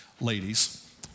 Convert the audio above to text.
ladies